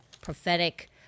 prophetic